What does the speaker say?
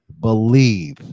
believe